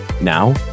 now